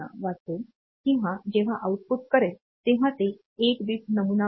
वाचेल किंवा जेव्हा आउटपुट करेल तेव्हा ते 8 बिट नमुनावर Pattern